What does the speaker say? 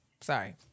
sorry